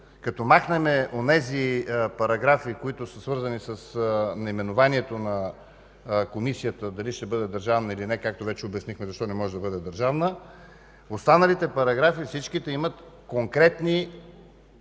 като махнем онези параграфи, които са свързани с наименованието на комисията – дали ще бъде държавна, или не, както вече обяснихме защо не може да бъде държавна, всички останали параграфи имат конкретни, бих